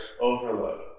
overload